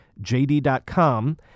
JD.com